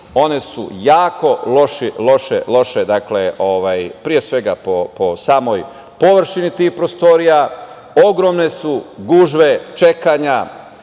One su jako loše, pre svega po samoj površini tih prostorija. Ogromne su gužve, čekanja,